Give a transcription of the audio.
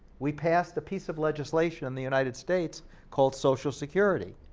we passed a piece of legislation in the united states called social security.